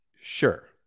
Sure